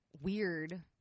weird